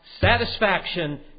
satisfaction